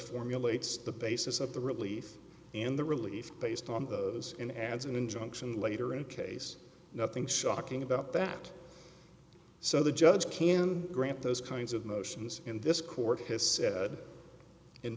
formulates the basis of the relief and the relief based on those and adds an injunction later in case nothing shocking about that so the judge can grant those kinds of motions in this